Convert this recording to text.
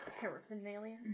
Paraphernalia